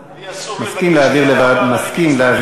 לי אסור לבקש לוועדה,